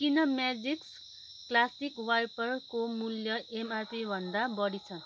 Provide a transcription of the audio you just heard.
किन magics classic वाइपरको मूल्य एमआरपीभन्दा बढी छ